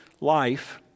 life